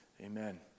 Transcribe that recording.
Amen